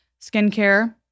skincare